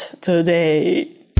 today